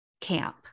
camp